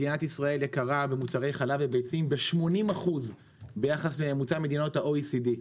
מדינת ישראל יקרה במוצרי חלב ובביצים ב-80% ביחס למוצרי מדינות ה-OECD.